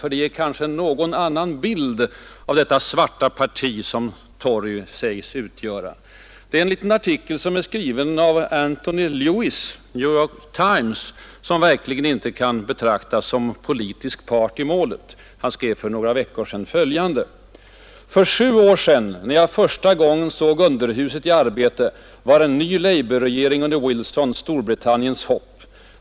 Citatet ger en något annan bild av det ”svarta” parti som tories sägs utgöra. Det är hämtat ur en artikel skriven av Anthony Lewis i New York Times, som verkligen inte kan betraktas som politisk part i målet. Han skrev för några veckor sedan följande: ”För sju år sedan, när jag första gången såg underhuset i arbete, var en ny labourregering under Wilson Storbritanniens hopp.